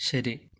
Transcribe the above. ശരി